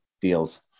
deals